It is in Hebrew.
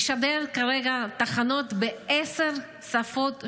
משדר כרגע תחנות בעשר שפות שונות.